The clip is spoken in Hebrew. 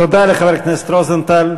תודה לחבר הכנסת רוזנטל.